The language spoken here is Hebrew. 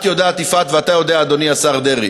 את יודעת, יפעת, ואתה יודע, אדוני השר דרעי,